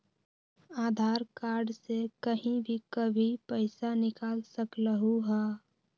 आधार card से कहीं भी कभी पईसा निकाल सकलहु ह?